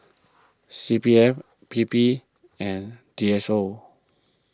C P F P P and D S O